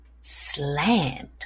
slammed